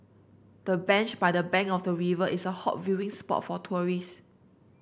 the bench by the bank of the river is a hot viewing spot for tourists